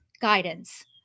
guidance